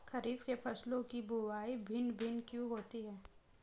खरीफ के फसलों की बुवाई भिन्न भिन्न क्यों होती है?